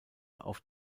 auf